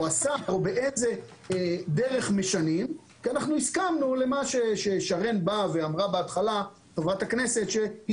כי הסכמנו למה שאמרה חברת הכנסת שרן השכל,